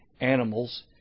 animals